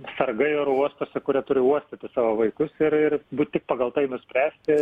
sargai oro uostuose kurie turi uostyti savo vaikus ir ir būt tik pagal tai nuspręsti